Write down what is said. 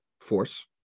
force